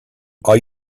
all